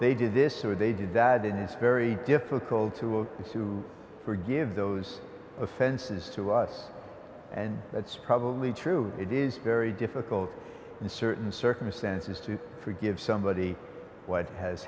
they did this or they did that and it's very difficult to to forgive those offenses to us and that's probably true it is very difficult in certain circumstances to forgive somebody what has